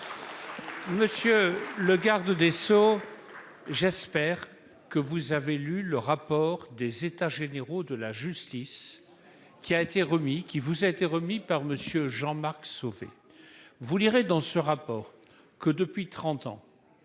Monsieur le garde des Sceaux. J'espère que vous avez lu le rapport des états généraux de la justice. Qui a été remis, qui vous a été remis par Monsieur Jean-Marc Sauvé. Vous lirez dans ce rapport que depuis 30 ans.